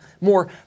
more